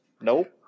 Nope